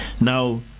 Now